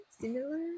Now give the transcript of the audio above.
similar